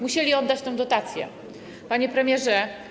Musieli oddać tę dotację, panie premierze.